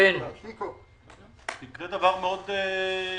יקרה דבר מאוד פשוט.